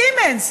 סימנס,